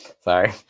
Sorry